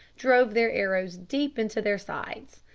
drove their arrows deep into their sides.